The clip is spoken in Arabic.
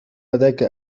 لديك